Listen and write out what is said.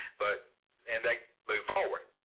but and they move forward.